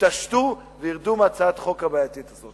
יתעשתו וירדו מהצעת החוק הבעייתית הזאת.